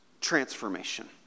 transformation